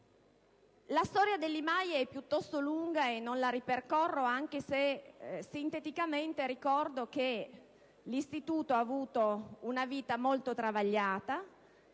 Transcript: La storia dell'IMAIE è piuttosto lunga e non la ripercorro, anche se sinteticamente ricordo che l'Istituto ha avuto una vita molto travagliata.